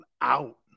out